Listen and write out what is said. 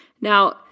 Now